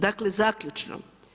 Dakle zaključno.